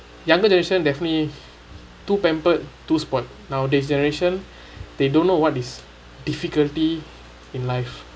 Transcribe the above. younger generation definitely too pampered too spoiled nowadays generation they don't know what is difficulty in life